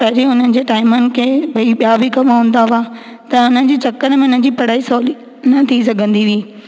पहिरीं उन्हनि जे टाईमनि खे भई ॿिया बि कम हूंदा हुआ त उन्हनि जे चकर में उन्हनि जी पढ़ाई सवली न थी सघंदी हुई